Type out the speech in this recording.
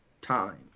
time